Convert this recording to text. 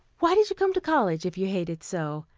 why did you come to college, if you hate it so?